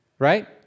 Right